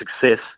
success